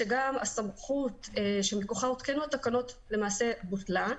שגם הסמכות שמכוחה הותקנו התקנות למעשה בוטלה,